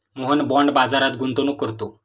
Mohan bond बाजारात गुंतवणूक करतो